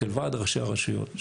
של ועד ראשי הרשויות,